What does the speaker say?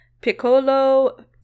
Piccolo